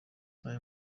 ayo